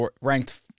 ranked